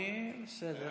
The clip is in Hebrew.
אני בסדר.